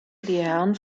herren